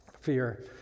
fear